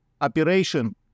operation